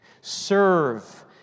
Serve